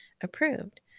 approved